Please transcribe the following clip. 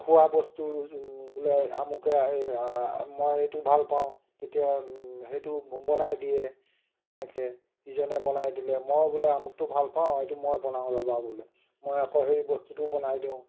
খোৱাবস্তু বোলে আমুকে মই এইটো ভাল পাওঁ তেতিয়া সেইটো বনাই দিয়ে তেনেকৈ ইজনে বনাই দিলে মই বোলে আমুকটো ভাল পাওঁ সেইটো মই বনাওঁ ৰ'বা বোলে মই আকৌ সেই বস্তুটো বনাই দিওঁ